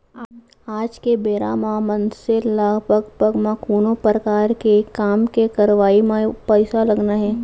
आज के बेरा म मनसे ल पग पग म कोनो परकार के काम के करवई म पइसा लगना हे